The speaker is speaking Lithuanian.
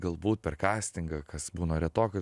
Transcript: galbūt per kastingą kas būna retokai